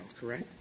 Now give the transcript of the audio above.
Correct